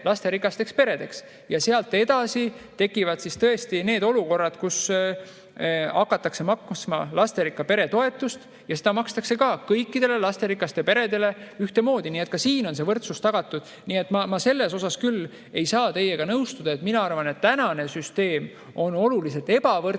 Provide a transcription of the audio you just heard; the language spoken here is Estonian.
lasterikasteks peredeks. Ja sealt edasi tekivad siis tõesti need olukorrad, kus hakatakse maksma lasterikka pere toetust. Ja seda makstakse kõikidele lasterikastele peredele ühtemoodi, nii et ka siin on võrdsus tagatud. Nii et ma selles osas küll ei saa teiega nõustuda. Mina arvan, et tänane süsteem on oluliselt ebavõrdsem,